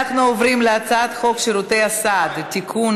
אנחנו עוברים להצעת חוק שירותי הסעד (תיקון,